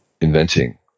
inventing